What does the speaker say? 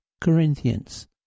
Corinthians